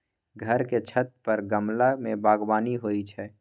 घर के छत पर गमला मे बगबानी होइ छै